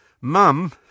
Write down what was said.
Mum